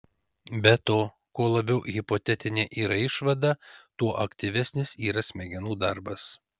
be to kuo labiau hipotetinė yra išvada tuo aktyvesnis yra smegenų darbas